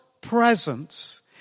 presence